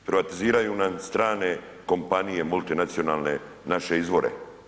Privatiziraju nam strane kompanije, multinacionalne naše izvore.